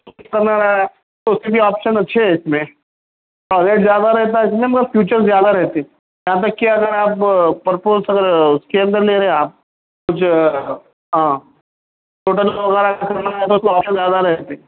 تو اُس میں بھی آپشن اچھے ہیں اِس میں تھوڑا ریٹ زیادہ رہتا اِس میں مگر فیوچر زیادہ رہتے یہاں تک كہ اگر آپ پرپوز سر اُس کے اندر لے رہے آپ تو جو ٹوٹل وغیرہ کا تو آپشن زیادہ رہتے